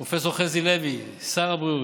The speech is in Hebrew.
פרופ' חזי לוי, שר הבריאות.